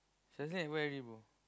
Shazleen at where already bro